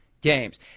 games